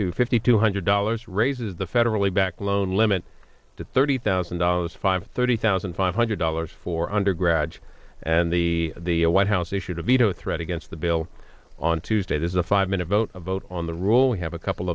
to fifty two hundred dollars raises the federally backed loan limit to thirty thousand dollars five thirty thousand five hundred dollars for undergrads and the the white house issued a veto threat against the bill on tuesday there's a five minute vote a vote on the rule we have a couple